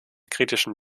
kritischen